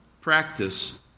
practice